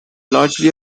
largely